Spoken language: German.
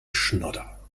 schnodder